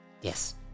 Yes